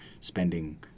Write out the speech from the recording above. spending